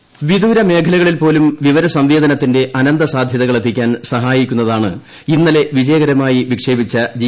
O intro വിദൂര മേഖലകളിൽപ്പോലും വിവരസംവേദനത്തിന്റെ അനന്ത സാധൃതകൾ എത്തിക്കാൻ സഹായിക്കുന്നതാണ് ഇന്നലെ വിജയകരമായി വിക്ഷേപിച്ച ജി